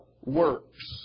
works